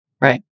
right